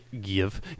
Give